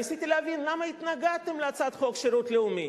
ניסיתי להבין למה התנגדתם להצעת חוק שירות לאומי,